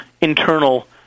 internal